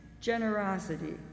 generosity